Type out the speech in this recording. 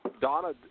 Donna